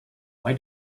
why